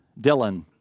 dylan